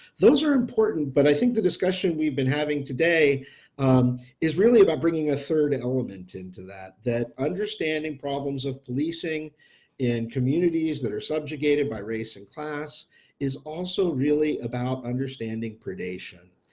those are important, but i think the discussion we've been having today is really about bringing a third element into that. understanding problems of policing in communities that are subjugated by race and class is also really about understanding predation.